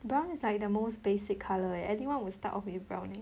brown is like the most basic colour leh anyone will start off with brown leh